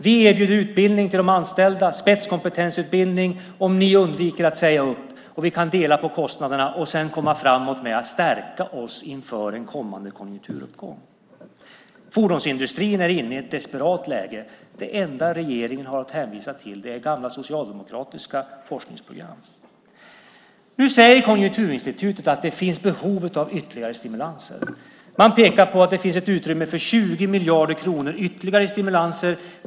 Vi erbjuder utbildning till de anställda - spetskompetensutbildning - om ni undviker att säga upp, och vi kan dela på kostnaderna och sedan komma framåt med att stärka oss inför en kommande konjunkturuppgång. Fordonsindustrin är inne i ett desperat läge. Det enda som regeringen har att hänvisa till är gamla socialdemokratiska forskningsprogram. Nu säger Konjunkturinstitutet att det finns behov av ytterligare stimulanser. Man pekar på att det finns ett utrymme på 20 miljarder kronor ytterligare i stimulanser.